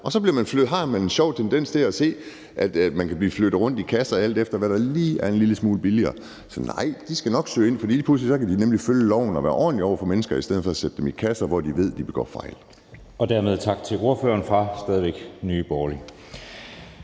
Og så kan man se en sjov tendens til, at folk kan blive flyttet rundt i kasser, alt efter hvad der lige er en lille smule billigere. Så nej, de skal nok søge ind, for lige pludselig kan de nemlig følge loven og være ordentlige over for mennesker i stedet for at sætte dem i kasser, hvor man ved man begår fejl. Kl. 15:38 Anden næstformand (Jeppe